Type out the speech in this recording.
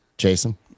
Jason